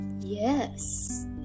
Yes